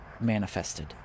manifested